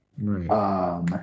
Right